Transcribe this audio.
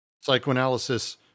psychoanalysis